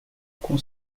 com